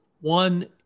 One